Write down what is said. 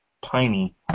piney